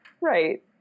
Right